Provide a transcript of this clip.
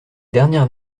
dernière